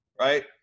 right